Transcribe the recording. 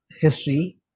history